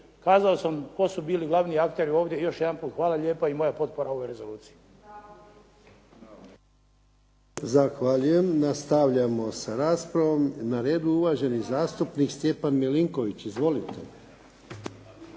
Kazao sam tko su bili glavni akteri ovdje, još jedanput hvala lijepa. I moja potpora ovoj rezoluciji. **Jarnjak, Ivan (HDZ)** Zahvaljujem. Nastavljamo sa raspravom. Na redu je uvaženi zastupnik Stjepan Milinković. Izvolite.